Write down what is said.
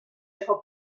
його